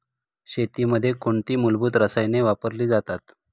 शेतीमध्ये कोणती मूलभूत रसायने वापरली जातात?